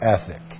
ethic